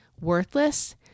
worthless